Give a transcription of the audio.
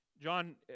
John